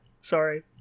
Sorry